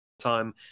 time